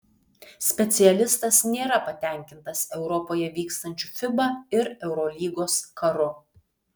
specialistas nėra patenkintas europoje vykstančiu fiba ir eurolygos karu